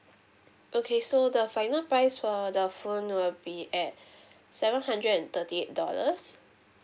okay so the final price for the phone will be at seven hundred and thirty eight dollars